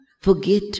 forget